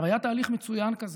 היה תהליך מצוין כזה.